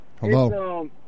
Hello